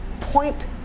point